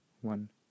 one